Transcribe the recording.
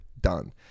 done